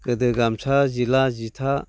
गोदो गामसा जिला जिथा